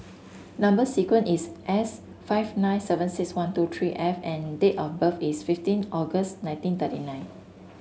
number sequence is S five nine seven six one two three F and date of birth is fifteen August nineteen thirty nine